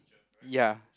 ya